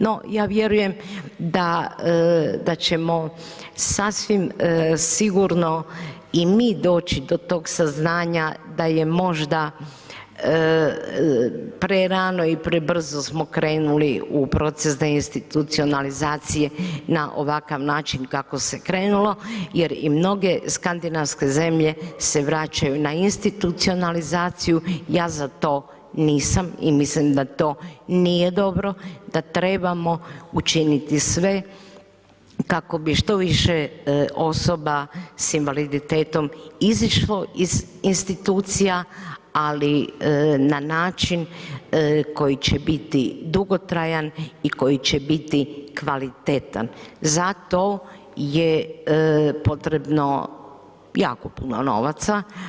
No, ja vjerujem da, da ćemo sasvim sigurno i mi doći do tog saznanja da je možda prerano i prebrzo smo krenuli u proces deinstitucionalizacije na ovakav način kako se krenulo jer i mnoge skandinavske zelje se vraćaju na institucionalizaciju, ja za to nisam i mislim da to nije dobro, da trebamo učiniti sve kako bi što više osoba s invaliditetom izišlo iz institucija, ali na način koji će biti dugotrajan i koji će biti kvalitetan, zato je potrebno jako puno novaca.